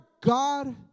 God